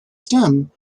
stem